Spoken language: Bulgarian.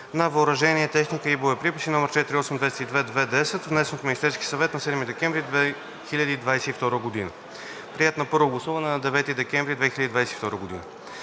на въоръжение, техника и боеприпаси, № 48 202 02 10, внесен от Министерския съвет на 7 декември 2022 г., приет на първо гласуване на 9 декември 2022 г.